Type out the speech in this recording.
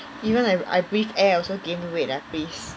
even if I breathe air also gain weight lah please